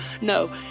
No